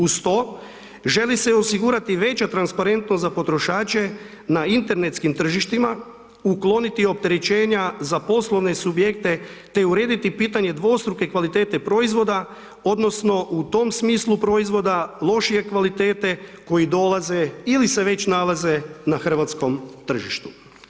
Uz to želi se osigurati veća transparentnost za potrošače na internetskim tržištima ukloniti opterećenja za poslovne subjekte te urediti pitanje dvostruke kvalitete proizvoda odnosno u tom smislu proizvoda lošije kvalitete koji dolaze ili se već nalaze na hrvatskom tržištu.